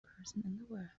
person